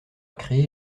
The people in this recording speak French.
créé